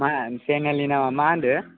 मा चेनेलनि नामा मा होन्दो